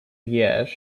years